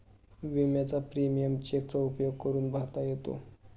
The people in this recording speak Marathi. विम्याचा प्रीमियम चेकचा उपयोग करून भरता येतो